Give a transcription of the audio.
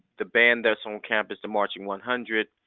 the band that's on campus, the marching one hundred,